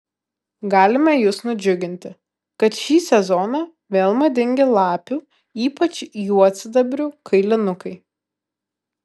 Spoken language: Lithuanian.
galime jus nudžiuginti kad šį sezoną vėl madingi lapių ypač juodsidabrių kailinukai